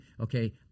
Okay